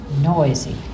noisy